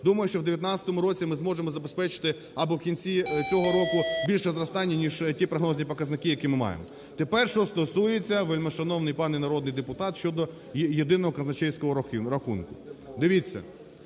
Думаю, що в 2019 році ми зможемо забезпечити, або в кінці цього року, більше зростання, ніж ті прогнозні показники, які ми маємо. Тепер що стосується, вельмишановний пане народний депутат, щодо єдиного казначейського рахунку. Дивіться,